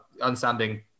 understanding